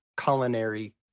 culinary